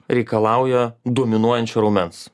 reikalauja dominuojančio raumens